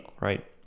right